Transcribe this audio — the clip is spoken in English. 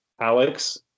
Alex